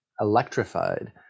electrified